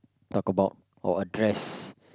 talk about or address